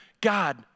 God